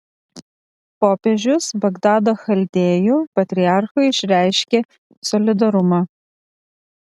popiežius bagdado chaldėjų patriarchui išreiškė solidarumą